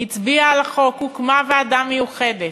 היא הצביעה על החוק, הוקמה ועדה מיוחדת,